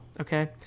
Okay